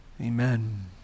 Amen